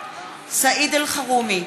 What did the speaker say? סעיד אלחרומי,